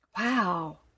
Wow